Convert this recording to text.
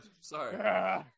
Sorry